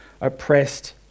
oppressed